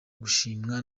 gushimwa